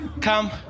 come